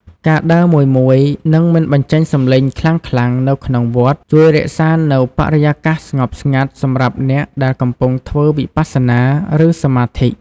ការដើរមួយៗ និងមិនបញ្ចេញសម្លេងខ្លាំងៗនៅក្នុងវត្ត ជួយរក្សានូវបរិយាកាសស្ងប់ស្ងាត់សម្រាប់អ្នកដែលកំពុងធ្វើវិបស្សនា ឬសមាធិ។